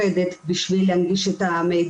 כך שלא צריך לעשות תמיד